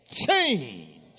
Change